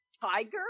tiger